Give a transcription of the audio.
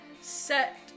set